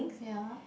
ya